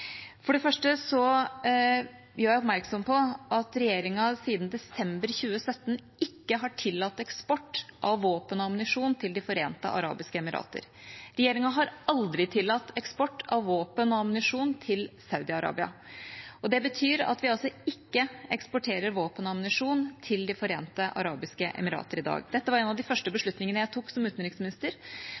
For det første gjør jeg oppmerksom på at regjeringa siden desember 2017 ikke har tillatt eksport av våpen og ammunisjon til De forente arabiske emirater. Regjeringa har aldri tillatt eksport av våpen og ammunisjon til Saudi-Arabia, og det betyr at vi altså ikke eksporterer våpen og ammunisjon til De forente arabiske emirater i dag. Dette var en av de første beslutningene jeg tok som utenriksminister,